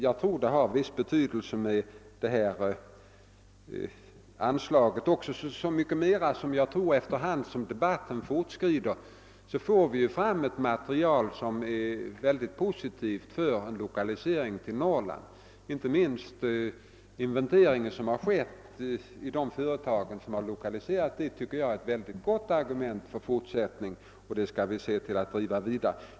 Jag tror också att de företag det här gäller har en viss betydelse, så mycket mer som vi efter hand som debatten fortskrider får ett material som är mycket positivt för en lokalisering till Norrland. Inte minst den inventering som gjorts i de företag som lokaliserats till Norrland tycker jag är ett mycket starkt argument för en fortsättning. Vi skall se till att driva den saken vidare.